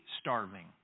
starving